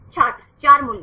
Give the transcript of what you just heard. छात्र 4 मूल्य